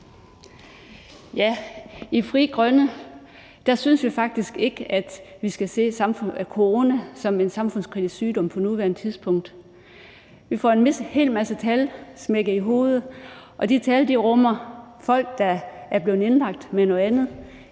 I Frie Grønne synes vi faktisk ikke, at vi skal se corona som en samfundskritisk sygdom på nuværende tidspunkt. Vi får en hel masse tal smækket i hovedet, og de tal rummer folk, der er blevet indlagt med noget andet.